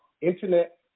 Internet